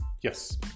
yes